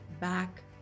back